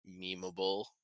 memeable